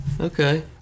Okay